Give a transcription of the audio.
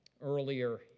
Earlier